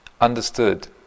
understood